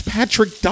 Patrick